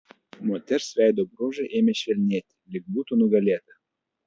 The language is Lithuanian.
moters veido bruožai ėmė švelnėti lyg būtų nugalėta